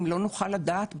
לא נוכל לדעת בכמה,